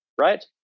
Right